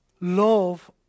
love